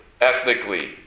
Ethnically